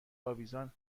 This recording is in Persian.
آویزان